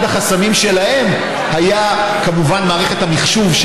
אחד החסמים שלהם היה, כמובן, מערכת המחשוב.